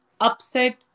upset